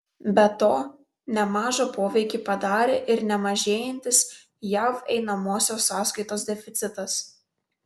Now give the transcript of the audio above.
be to nemažą poveikį padarė ir nemažėjantis jav einamosios sąskaitos deficitas